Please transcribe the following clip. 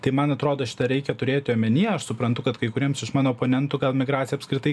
tai man atrodo šitą reikia turėti omenyje aš suprantu kad kai kuriems iš mano oponentų gal migracija apskritai